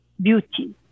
beauty